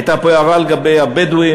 הייתה פה הערה לגבי הבדואים,